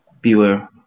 Beware